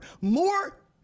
More